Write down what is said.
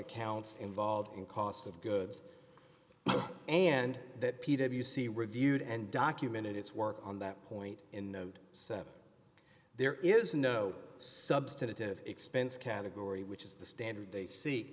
accounts involved in cost of goods and that p w c reviewed and documented its work on that point in seven there is no substantive expense category which is the standard they see